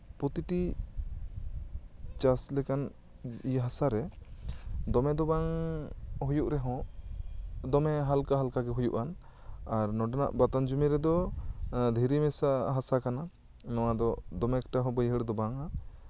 ᱯᱨᱚᱛᱤᱴᱤ ᱪᱟᱥ ᱞᱮᱠᱟᱱ ᱤᱭᱟᱹ ᱦᱟᱥᱟᱨᱮ ᱫᱚᱢᱮ ᱫᱚ ᱵᱟᱝ ᱦᱩᱭᱩᱜ ᱨᱮᱦᱚᱸ ᱫᱚᱢᱮ ᱦᱟᱞᱠᱟ ᱦᱟᱞᱠᱟ ᱜᱮ ᱦᱩᱭᱩᱜᱼᱟ ᱟᱨ ᱱᱚᱰᱮ ᱱᱟᱜ ᱵᱟᱛᱟᱱ ᱡᱚᱢᱤ ᱨᱮᱫᱚ ᱫᱷᱤᱨᱤ ᱢᱮᱥᱟ ᱦᱟᱥᱟ ᱠᱟᱱᱟ ᱱᱚᱣᱟ ᱫᱚ ᱫᱚᱢᱮ ᱮᱠᱴᱟ ᱫᱚ ᱵᱟᱭᱦᱟᱹᱲ ᱦᱚᱸ ᱵᱟᱝᱟ